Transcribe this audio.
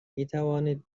مینوانید